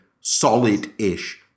solid-ish